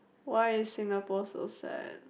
why is Singapore so sad